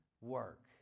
work